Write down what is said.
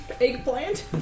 Eggplant